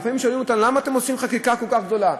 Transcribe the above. לפעמים שואלים אותנו למה אתם עושים חקיקה כל כך גדולה?